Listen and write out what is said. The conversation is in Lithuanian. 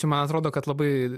čia man atrodo kad labai